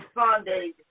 Sunday